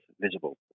visible